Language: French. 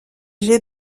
jets